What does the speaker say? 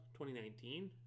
2019